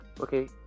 Okay